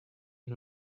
and